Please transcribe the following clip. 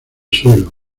suelo